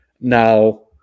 now